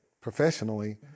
professionally